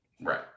Right